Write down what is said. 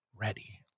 ready